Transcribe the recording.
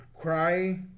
cry